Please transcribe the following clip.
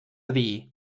dir